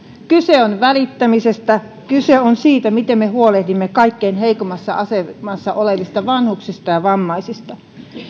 kyse on välittämisestä kyse on siitä miten me huolehdimme kaikkein heikoimmassa asemassa olevista vanhuksista ja vammaisista